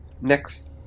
Next